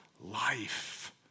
Life